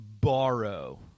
borrow